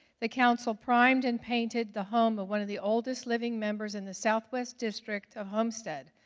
the council primed and painted the home of one of the oldest living members in the southwest district of homestead,